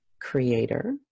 creator